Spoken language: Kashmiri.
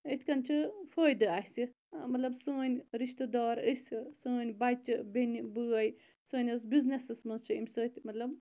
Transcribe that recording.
اِتھ کنۍ چھُ فٲیدٕ اَسہِ مَطلَب سٲنٛۍ رِشتہٕ دار أسۍ سٲنٛۍ بَچہِ بیٚنہِ بٲے سٲنِس بِزنِسَس مَنٛز چھ امہِ سۭتۍ